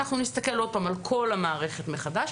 אנחנו נסתכל עוד פעם על כל המערכת מחדש,